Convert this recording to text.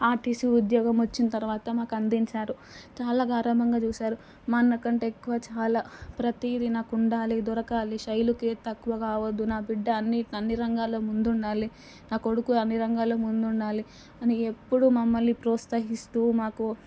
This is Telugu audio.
ఆర్టిసి ఉద్యోగం వచ్చిన తరువాత మాకు అందించారు చాలా గారాబంగా చూసారు మా అన్న కంటే ఎక్కువ చాలా ప్రతీది నాకు ఉండాలి దొరకాలి శైలుకి ఏది తక్కువ కావద్దు నా బిడ్డ అన్ని అన్ని రంగాల్లో ముందు ఉండాలి నా కొడుకు అన్ని రంగాల్లో ముందు ఉండాలి అని ఎప్పుడూ మమ్మల్ని ప్రోత్సహిస్తూ మాకు